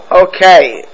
Okay